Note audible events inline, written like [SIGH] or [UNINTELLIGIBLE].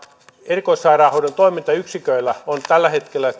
erikoissairaanhoidon toimintayksiköillä on tällä hetkellä [UNINTELLIGIBLE]